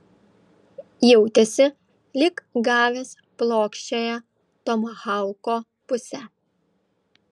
jautėsi lyg gavęs plokščiąja tomahauko puse